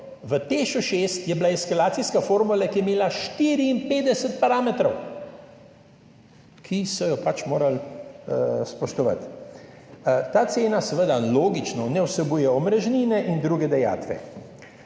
V Teš 6 je bila eskalacijska formula, ki je imela 54 parametrov, ki so jo pač morali spoštovati. Ta cena, logično, ne vsebuje omrežnine in drugih dajatev.